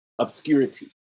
obscurity